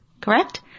Correct